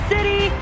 City